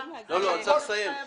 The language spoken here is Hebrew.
אני צריך לסיים.